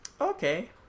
okay